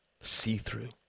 see-through